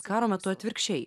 karo metu atvirkščiai